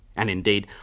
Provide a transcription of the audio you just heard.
and indeed,